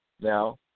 Now